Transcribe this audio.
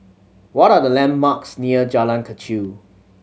what are the landmarks near Jalan Kechil